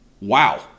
wow